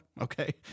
okay